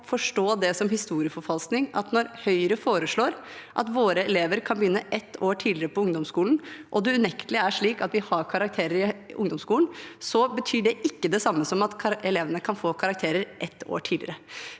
forstå det som historieforfalskning at når Høyre foreslår at våre elever kan begynne ett år tidligere på ungdomsskolen, og det unektelig er slik at vi har karakterer i ungdomsskolen, så betyr det ikke det samme som at elevene kan få karakterer ett år tidligere.